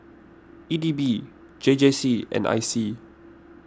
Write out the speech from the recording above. E D B J J C and I C